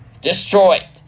destroyed